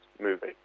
movie